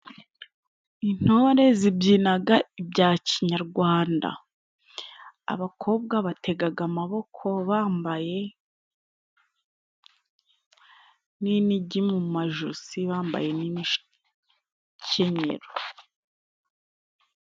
Intore zibyinaga ibya Kinyarwanda. Abakobwa bategaga amaboko bambaye n'inigi mu majosi bambaye n'imikenyero.